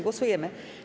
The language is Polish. Głosujemy.